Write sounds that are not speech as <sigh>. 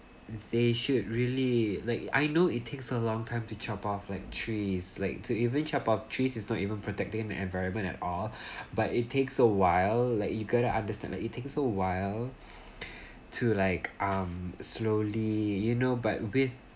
they should really like I know it takes a long time to chop off like trees like to even chop off trees it's not even protecting the environment at all <breath> but it it takes a while like you gotta understand it takes a while <breath> to like um slowly you know but with